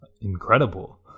incredible